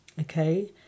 Okay